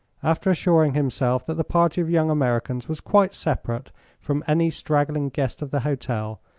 after assuring himself that the party of young americans was quite separate from any straggling guest of the hotel,